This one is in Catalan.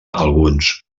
alguns